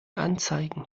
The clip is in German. anzeigen